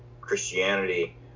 christianity